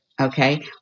Okay